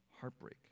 heartbreak